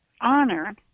honor